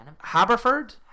Haberford